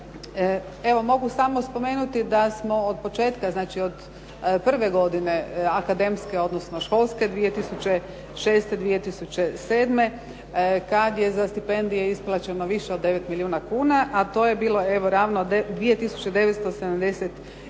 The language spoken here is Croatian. Evo mogu samo spomenuti da smo od početka, znači od prve godine akademske, odnosno školske 2006., 2007. kada je za stipendije isplaćeno više od 9 milijuna kuna, a to je bilo evo ravno 2